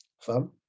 Fam